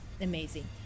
amazing